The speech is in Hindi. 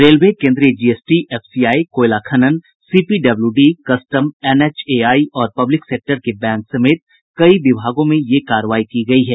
रेलवे केंद्रीय जीएसटी एफसीआई कोयला खनन सीपीडब्ल्यूडी कस्टम एनएचएआई और पब्लिक सेक्टर के बैंक समेत कई विभागों में ये कार्रवाई की गयी है